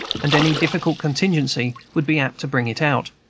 and any difficult contingency would be apt to bring it out.